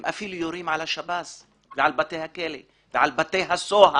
הם יורים אפילו על השב"ס ועל בתי הכלא ועל בתי הסוהר.